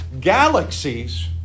galaxies